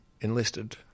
enlisted